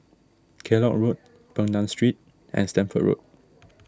Kellock Road Peng Nguan Street and Stamford Road